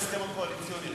ההסכם הקואליציוני,